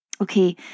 Okay